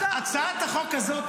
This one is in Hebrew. מי אתם שתחנכו את הציבור החרדי?